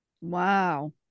Wow